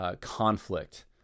conflict